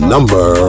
Number